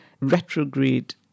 retrograde